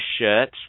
shirts